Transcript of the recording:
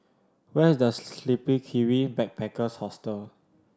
where is The Sleepy Kiwi Backpackers Hostel